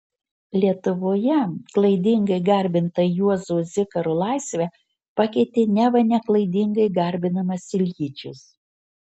lietuvoje klaidingai garbintą juozo zikaro laisvę pakeitė neva neklaidingai garbinamas iljičius